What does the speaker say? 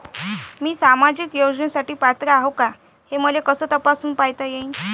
मी सामाजिक योजनेसाठी पात्र आहो का, हे मले कस तपासून पायता येईन?